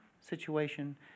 situation